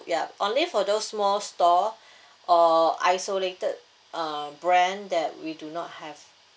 yup only for those small stall or isolated err brand that we do not have